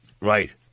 right